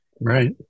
Right